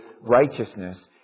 righteousness